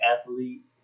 athlete